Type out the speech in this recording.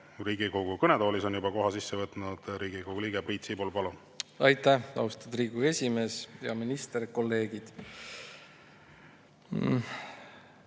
Riigikogu kõnetoolis on juba koha sisse võtnud Riigikogu liige Priit Sibul. Palun! Aitäh, austatud Riigikogu esimees! Hea minister! Kolleegid!